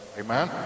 amen